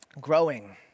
growing